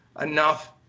enough